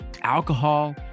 alcohol